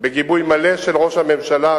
בגיבוי מלא של ראש הממשלה,